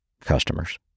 customers